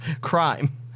crime